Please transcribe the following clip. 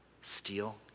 Steal